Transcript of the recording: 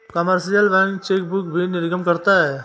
commercial bank chequebook भी निर्गम करता है